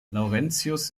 laurentius